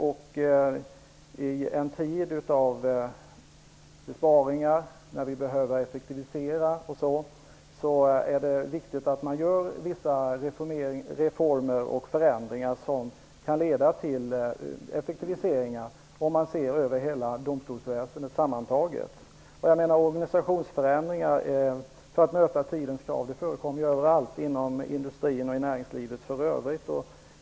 I en tid av besparingar, när vi behöver effektivisera, är det viktigt att man gör vissa reformer och förändringar som kan leda till effektiviseringar, om man ser över hela domstolsväsendet. Organisationsförändringar förekommer överallt för att möta tidens krav, inom industrin och näringslivet i övrigt.